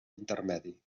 intermedi